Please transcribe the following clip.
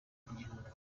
tw’igihugu